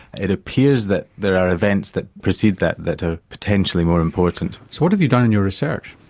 it appears that there are events that precede that that are potentially more important. so what have you done in your research?